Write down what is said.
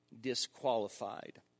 disqualified